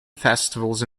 festivals